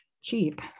cheap